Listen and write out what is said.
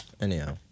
Anyhow